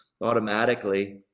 automatically